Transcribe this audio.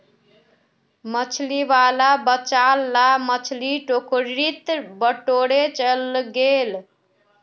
मछली वाला बचाल ला मछली टोकरीत बटोरे चलइ गेले